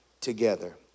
together